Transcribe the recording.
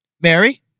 Mary